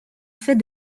fait